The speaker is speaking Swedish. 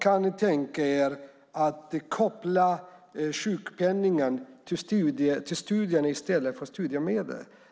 Kan ni tänka er att koppla sjukpenningen till studier i stället för studiemedel?